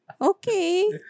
Okay